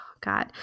God